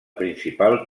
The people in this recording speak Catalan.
principal